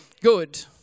Good